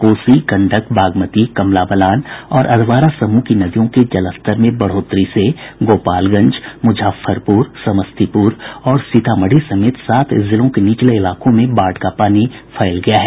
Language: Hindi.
कोसी गंडक बागमती कमला बलान और अधवारा समूह की नदियों के जलस्तर में बढ़ोतरी से गोपालगंज मुजफ्फरपूर समस्तीपूर और सीतामढ़ी समेत सात जिलों के निचले इलाकों में बाढ़ का पानी फैल गया है